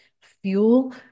fuel